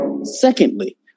Secondly